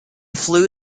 flew